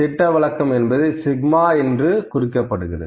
திட்டவிலக்கம் என்பது σ என்று குறிக்கப்படுகிறது